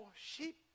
sheep